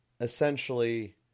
essentially